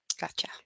Gotcha